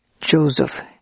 Joseph